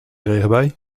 regenbui